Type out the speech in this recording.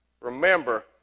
remember